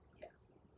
yes